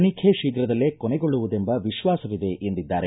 ತನಿಖೆ ಶೀಘದಲ್ಲೇ ಕೊನೆಗೊಳ್ಳುವುದೆಂಬ ವಿಶ್ವಾಸವಿದೆ ಎಂದಿದ್ದಾರೆ